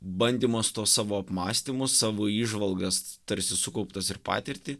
bandymas tuos savo apmąstymus savo įžvalgas tarsi sukauptas ir patirtį